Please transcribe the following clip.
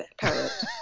Parrot